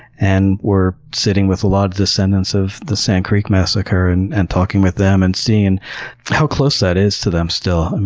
and were sitting with a lot of descendants of the sand creek massacre, and and talking with them, and seeing how close that is to them, still.